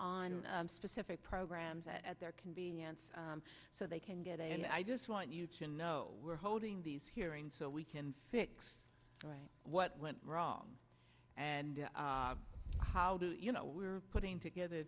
on specific programs at their convenience so they can get and i just want you to know we're holding these hearings so we can fix right what went wrong and how do you know we're putting together